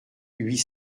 huit